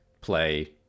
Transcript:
play